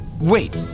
Wait